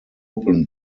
open